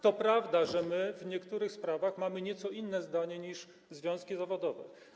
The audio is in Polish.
To prawda, że my w niektórych sprawach mamy nieco inne zdanie niż związki zawodowe.